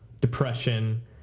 depression